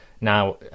Now